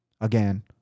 Again